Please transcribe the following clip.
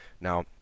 Now